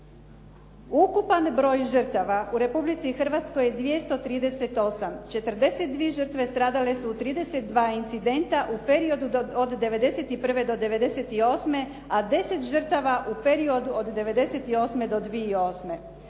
Ukupan broj žrtava u Republici Hrvatskoj je 238. 42 žrtve stradale su u 32 incidenta u periodu od '91. do '98., a 10 žrtava u periodu od '98. 2008.